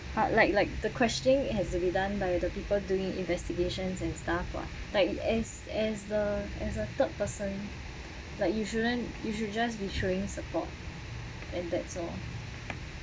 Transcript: but like like the question has to be done by the people doing investigations and stuff [what] like you as as the as a third person like you shouldn't you should just be showing support and that's all